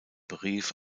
brief